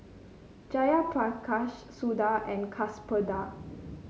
Jayaprakash Suda and Kasturba